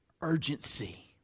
urgency